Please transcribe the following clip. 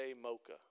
mocha